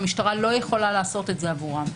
המשטרה לא יכולה לעשות את זה עבורם.